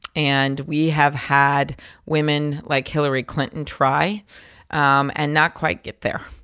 and we have had women like hillary clinton try um and not quite get there.